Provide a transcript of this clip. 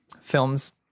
films